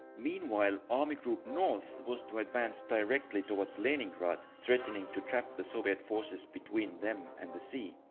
meanwhile, army group north was to advance directly towards leningrad threatening to trap the soviet forces between them and the sea.